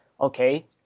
okay